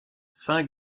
cinq